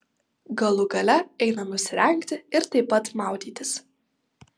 galų gale eina nusirengti ir taip pat maudytis